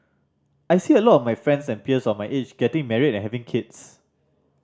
I see a lot of my friends and peers of my age getting married and having kids